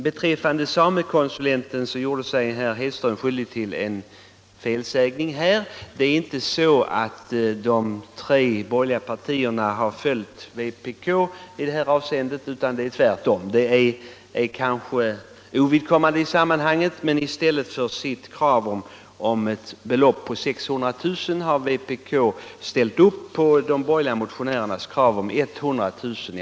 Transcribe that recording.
Beträffande samekonsulenten gjorde sig herr Hedström skyldig till en felsägning. Det är inte de tre borgerliga partierna som har följt vpk i det här avseendet utan det är tvärtom. Det är kanske ovidkommande i sammanhanget, men i stället för att hålla fast vid kravet på 600 000 kr. har vpk-representanten ställt sig bakom de borgerliga motionärernas önskemål om 100 000 kr.